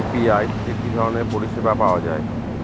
UPI থেকে কি ধরণের পরিষেবা পাওয়া য়ায়?